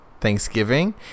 Thanksgiving